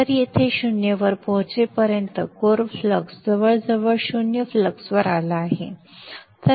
तर येथे 0 वर पोहोचेपर्यंत कोर फ्लक्स जवळजवळ 0 फ्लक्सवर आला असेल